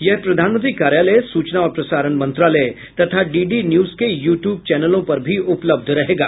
यह प्रधानमंत्री कार्यालय सूचना और प्रसारण मंत्रालय तथा डीडी न्यूज के यू ट्यूब चैनलों पर भी उपलब्ध रहेगा